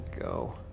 go